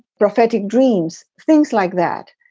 prophetic dreams, things like that,